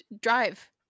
drive